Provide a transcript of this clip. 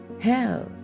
hell